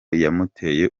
yamuteye